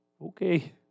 okay